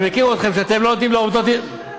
אני מכיר אתכם שאתם לא נותנים לעובדות, בדיוק.